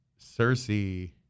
Cersei